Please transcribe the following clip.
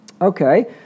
Okay